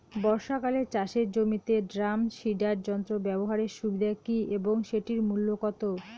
বর্ষাকালে চাষের জমিতে ড্রাম সিডার যন্ত্র ব্যবহারের সুবিধা কী এবং সেটির মূল্য কত?